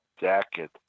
jacket